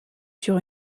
sur